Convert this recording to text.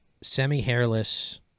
semi-hairless